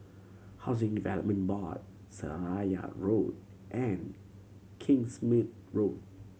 Housing Development Board Seraya Road and Kingsmead Road